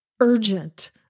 urgent